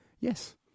yes